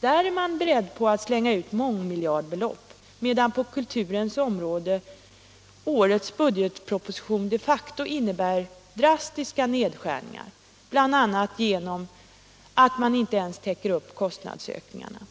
Där är man beredd att slänga ut mångmiljardbelopp, medan på kulturens område årets budgetproposition de facto innebär drastiska nedskärningar, bl.a. genom att man inte ens täcker upp kostnadsökningarna.